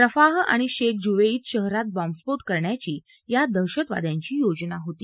Rafah आणि Sheikh Zuweid शहरात बॉम्बस्फोट करण्याची या दहशतवाद्यांची योजना होती